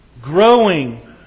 growing